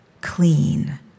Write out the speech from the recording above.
clean